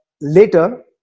later